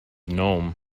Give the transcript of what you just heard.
gnome